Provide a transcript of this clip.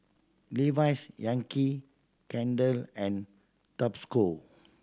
Levi's Yankee Candle and Tabasco